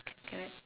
correct